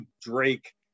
Drake